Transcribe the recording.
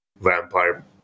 vampire